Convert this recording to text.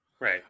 Right